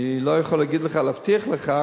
אני לא יכול להבטיח לך,